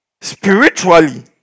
Spiritually